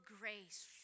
grace